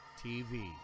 tv